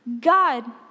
God